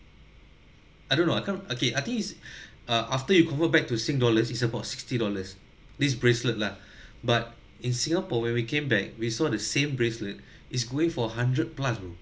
I don't know I come okay I think is uh after you convert back to sing dollars is about sixty dollars this bracelet lah but in singapore when we came back we saw the same bracelet is going for hundred plus bro